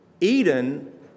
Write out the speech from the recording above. Eden